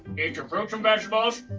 eat your fruits and vegetables,